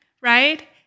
right